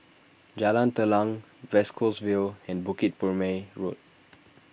Jalan Telang West Coast Vale and Bukit Purmei Road